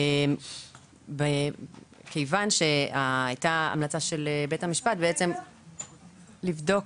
כיוון שהייתה המלצה לבדוק